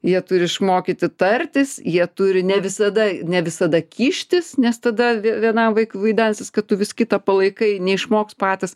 jie turi išmokyti tartis jie turi ne visada ne visada kištis nes tada vienam vaikui vaidensis kad tu vis kitą palaikai neišmoks patys